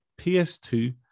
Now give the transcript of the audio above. PS2